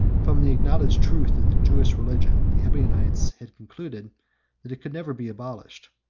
from the acknowledged truth of the jewish religion, the ebionites had concluded that it could never be abolished.